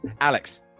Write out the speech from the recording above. Alex